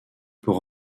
pour